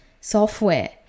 software